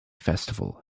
festival